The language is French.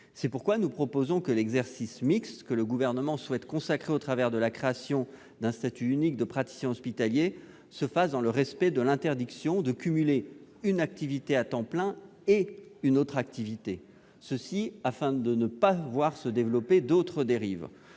C'est pourquoi nous proposons que l'exercice mixte, que le Gouvernement souhaite consacrer au travers de la création d'un statut unique de praticien hospitalier, se fasse dans le respect de l'interdiction de cumuler une activité à temps plein et une autre activité, afin de ne pas voir apparaître d'autres dérives.